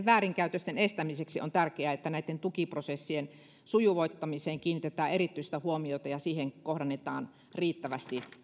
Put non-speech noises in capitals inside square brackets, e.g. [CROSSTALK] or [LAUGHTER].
[UNINTELLIGIBLE] väärinkäytösten estämiseksi on tärkeää että näitten tukiprosessien sujuvoittamiseen kiinnitetään erityistä huomiota ja myöskin kohdennetaan riittävästi